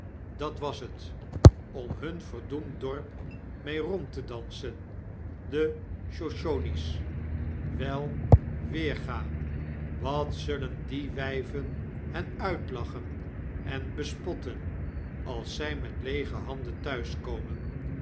dat was het om hun verdoemd dorp mee rond te dansen die shoshonies wei weerga wat zullen die wijven hen uitlachen en bespotten als zy met leege handen